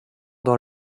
dans